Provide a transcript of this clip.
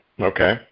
Okay